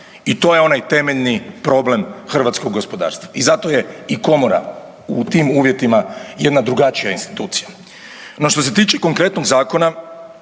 i to je onaj temeljni problem hrvatskog gospodarstva. I zato je i komora u tim uvjetima jedna drugačija institucija. No što se tiče konkretnog zakona